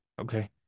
Okay